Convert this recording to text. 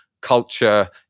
culture